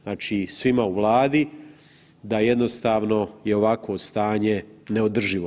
Znači svima u Vladu da jednostavno je ovakvo stanje neodrživo.